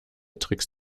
tricks